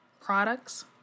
products